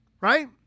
Right